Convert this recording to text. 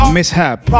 mishap